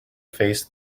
face